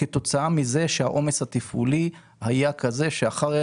כתוצאה מזה שהעומס התפעולי היה כזה שאחרת